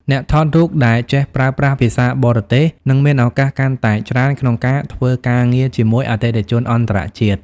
អ្នកថតរូបដែលចេះប្រើប្រាស់ភាសាបរទេស នឹងមានឱកាសកាន់តែច្រើនក្នុងការធ្វើការងារជាមួយអតិថិជនអន្តរជាតិ។